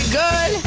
good